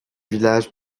village